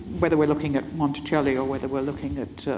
whether we're looking at monticelli or whether we're looking at